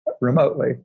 remotely